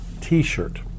t-shirt